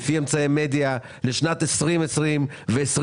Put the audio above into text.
לפי אמצעי מדיה לשנים 2020 ו-2021?